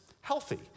healthy